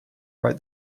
write